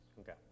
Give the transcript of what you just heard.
Okay